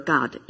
God